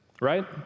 right